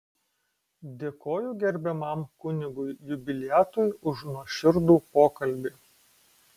dėkoju gerbiamam kunigui jubiliatui už nuoširdų pokalbį